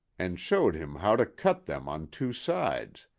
and showed him how to cut them on two sides,